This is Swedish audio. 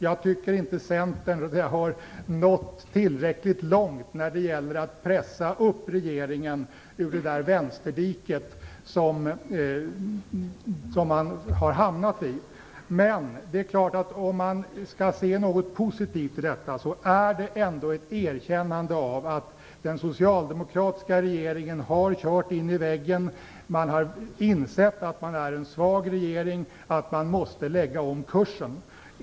Jag tycker inte att Centern har nått tillräckligt långt när det gäller att pressa upp regeringen ur det vänsterdike som den hamnat i. Men om man skall se något positivt i detta är det ändå ett erkännande av att den socialdemokratiska regeringen har kört in i väggen. Man har insett att regeringen är svag, att man måste lägga om kursen.